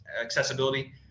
accessibility